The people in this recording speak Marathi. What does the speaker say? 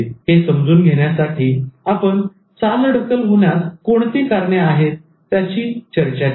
आणि हे समजून घेण्यासाठी आपण चालढकल होण्यास कोणती कारणे आहेत त्याची चर्चा केली